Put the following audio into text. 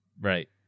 Right